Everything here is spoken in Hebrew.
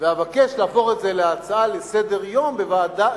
ואבקש להפוך את זה להצעה לסדר-יום שתידון,